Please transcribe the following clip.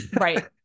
Right